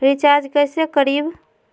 Recharge कैसे करीब?